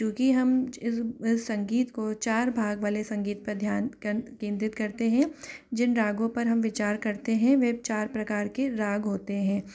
क्योंकि हम जिस इस संगीत को चार भाग वाले संगीत पर ध्यान केन्द्रित करते हैं जिन रागों पर हम विचार करते हैं वह चार प्रकार के राग होते हैं